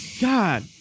God